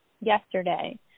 yesterday